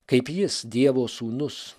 kaip jis dievo sūnus